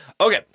Okay